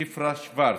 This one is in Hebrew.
שפרה שוורץ,